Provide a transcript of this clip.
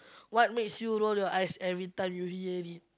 what makes you roll your eyes every time you hear or read